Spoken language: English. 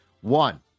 One